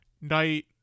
knight